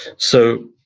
so,